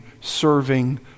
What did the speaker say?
serving